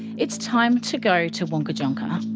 it's time to go to wangkatjungka.